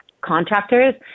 contractors